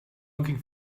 looking